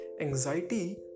Anxiety